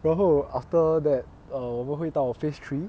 然后 after that err 我们会到 phase three